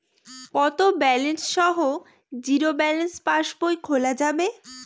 কত ব্যালেন্স সহ zero balance passbook খোলা যাবে?